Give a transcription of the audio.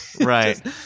right